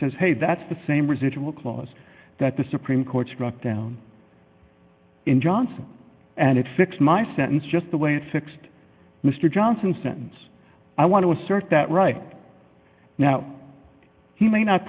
says hey that's the same residual clause that the supreme court struck down in johnson and it fixed my sentence just the way it fixed mr johnson sense i want to assert that right now he may not